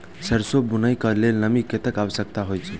सैरसो बुनय कऽ लेल नमी कतेक आवश्यक होइ छै?